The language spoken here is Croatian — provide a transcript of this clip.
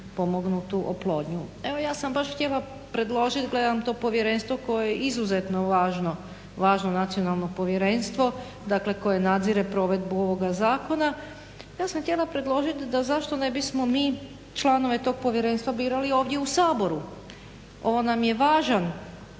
pomognutu oplodnju. Evo ja sam baš htjela predložiti gledam to povjerenstvo koje je izuzetno važno nacionalno povjerenstvo dakle koje nadzire provedbu ovoga zakona. Ja sam htjela predložiti da zašto ne bismo mi članove tog povjerenstva birali u ovom Saboru. Ovo nam je važan